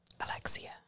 Alexia